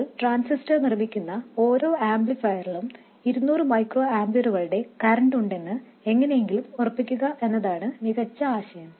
നിങ്ങൾ ട്രാൻസിസ്റ്റർ നിർമ്മിക്കുന്ന ഓരോ ആംപ്ലിഫയറിലും 200 മൈക്രോ ആമ്പിയറുകളുടെ കറന്റ് ഉണ്ടെന്ന് എങ്ങനെയെങ്കിലും ഉറപ്പാക്കുക എന്നതാണ് മികച്ച ആശയം